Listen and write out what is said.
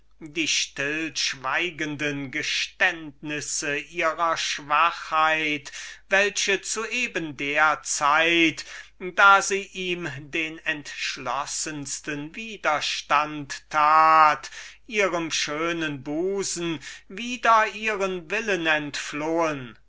die stillschweigenden geständnisse ihrer schwachheit welche zu eben der zeit da sie ihm den entschlossensten widerstand tat ihrem schönen busen wider ihren willen entflohen